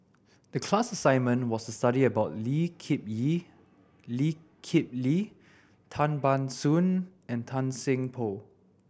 the class assignment was to study about Lee Kip Lee Lee Kip Lee Tan Ban Soon and Tan Seng Poh